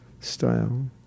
style